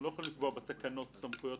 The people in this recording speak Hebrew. אנחנו לא יכולים לקבוע בתקנות סמכויות אכיפה.